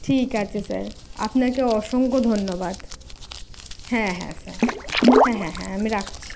ঠিক আছে স্যার আপনাকে অসংখ্য ধন্যবাদ হ্যাঁ হ্যাঁ স্যার হ্যাঁ হ্যাঁ হ্যাঁ আমি রাখছি